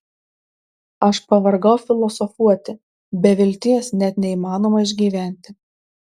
aš pavargau filosofuoti be vilties net neįmanoma išgyventi